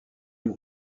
même